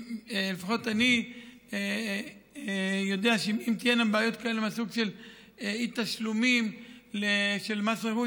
ולפחות אני יודע שאם תהיינה בעיות כאלה מהסוג של אי-תשלומים של מס רכוש,